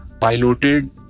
piloted